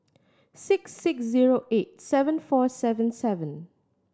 six six zero eight seven four seven seven